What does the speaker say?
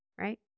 right